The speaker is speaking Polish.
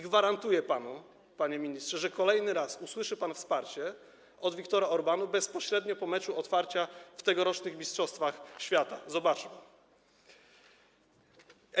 Gwarantuję panu, panie ministrze, że kolejny raz usłyszy pan wsparcie od Viktora Orbána bezpośrednio po meczu otwarcia tegorocznych mistrzostw świata, zobaczy pan.